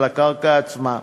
על הקרקע עצמה,